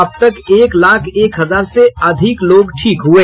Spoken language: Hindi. अब तक एक लाख एक हजार से अधिक लोग ठीक हुये